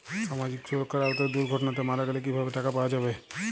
সামাজিক সুরক্ষার আওতায় দুর্ঘটনাতে মারা গেলে কিভাবে টাকা পাওয়া যাবে?